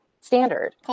standard